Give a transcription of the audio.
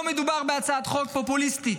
לא מדובר בהצעת חוק פופוליסטית.